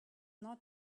not